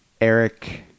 Eric